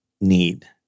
need